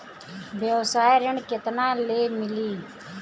व्यवसाय ऋण केतना ले मिली?